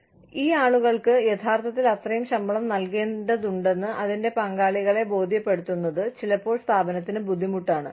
കൂടാതെ ഈ ആളുകൾക്ക് യഥാർത്ഥത്തിൽ അത്രയും ശമ്പളം നൽകേണ്ടതുണ്ടെന്ന് അതിന്റെ പങ്കാളികളെ ബോധ്യപ്പെടുത്തുന്നത് ചിലപ്പോൾ സ്ഥാപനത്തിന് ബുദ്ധിമുട്ടാണ്